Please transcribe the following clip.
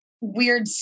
weird